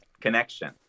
connection